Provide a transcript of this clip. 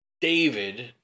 David